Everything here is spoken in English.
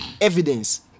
evidence